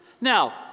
now